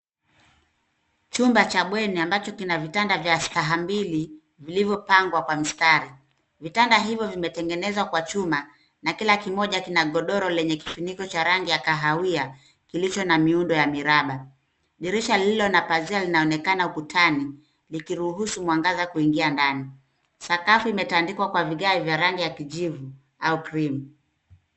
Chumba cha bweni ambacho kina vitanda vya staha mbili vilivyopangwa kwa mstari. Vitanda hivyo vimetengenezwa kwa chuma na kila kimoja kina godoro lenye kifuniko cha rangi kahawia kilicho na miundo ya miraba. Dirisha lililo na pazia linaonekana ukutani likiruhusu mwangaza kuingia ndani. Sakafu imetandikwa kwa vigae vya rangi ya kijivu au cream .